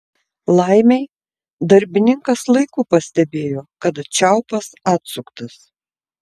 laimei darbininkas laiku pastebėjo kad čiaupas atsuktas